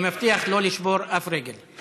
אני מבטיח לא לשבור אף רגל.